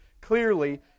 clearly